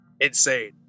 insane